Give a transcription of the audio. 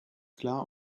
klar